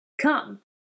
Come